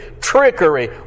trickery